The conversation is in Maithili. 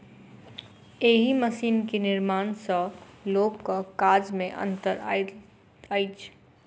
एहि मशीन के निर्माण सॅ लोकक काज मे अन्तर आयल अछि